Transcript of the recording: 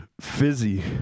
fizzy